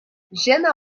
jenna